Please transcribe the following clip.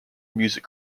music